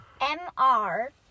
M-R